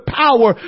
power